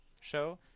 show